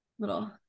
Little